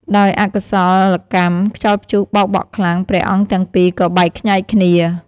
ដោយអកុសលកម្ម ខ្យល់ព្យុះបោកបក់ខ្លាំង ព្រះអង្គទាំងពីរក៏បែកខ្ញែកគ្នា។